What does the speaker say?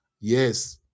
Yes